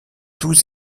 tous